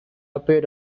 appeared